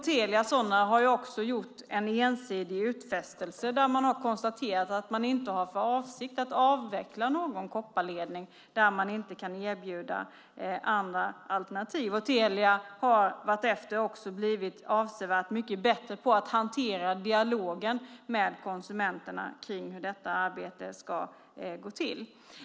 Telia Sonera har också gjort en ensidig utfästelse och konstaterat att man inte har för avsikt att avveckla någon kopparledning där man inte kan erbjuda andra alternativ. Telia har vartefter också blivit avsevärt mycket bättre på att hantera dialogen med konsumenterna om hur detta arbete ska gå till.